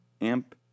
amp